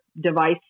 device